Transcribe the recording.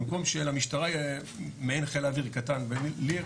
במקום שלמשטרה יהיה מעין חיל אויר קטן ולי יהיה